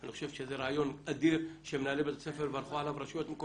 אני חושב שזה רעיון אדיר שמנהלי בתי ספר יברכו עליו,